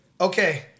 Okay